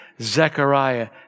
Zechariah